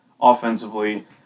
offensively